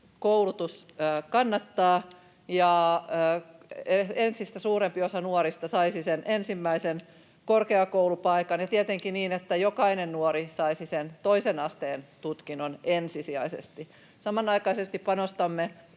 koulutus kannattaa ja entistä suurempi osa nuorista saisi sen ensimmäisen korkeakoulupaikan ja tietenkin niin, että jokainen nuori saisi sen toisen asteen tutkinnon ensisijaisesti. Samanaikaisesti panostamme